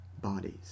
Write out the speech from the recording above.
bodies